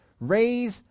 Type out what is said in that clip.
raise